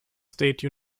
state